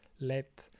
let